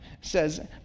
says